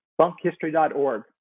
BunkHistory.org